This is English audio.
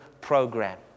program